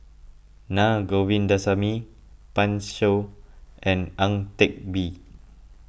Na Govindasamy Pan Shou and Ang Teck Bee